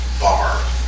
Bar